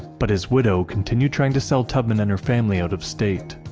but his widow continued trying to sell tubman and her family out-of-state.